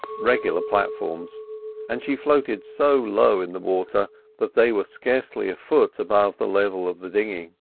regular platforms and she floated so low in the water that they were scarcely a foot above the level of the dinghy.